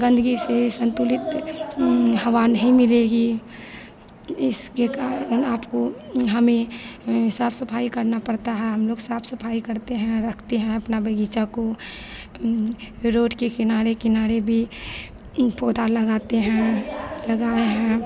गंदगी से संतुलित हवा नहीं मिलेगी इसके कारण आपको हमें साफ सफाई करना पड़ता है हम लोग साफ सफाई करते हैं रखते है अपना बगीचा को रोड के किनारे किनारे भी पौधा लगाते हैं लगाए हैं